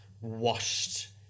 washed